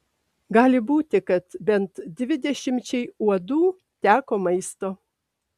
gali būti kad bent dvidešimčiai uodų teko maisto